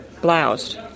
bloused